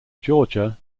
georgia